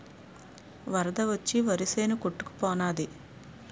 వరద వచ్చి వరిసేను కొట్టుకు పోనాది